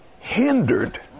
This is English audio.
hindered